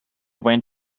went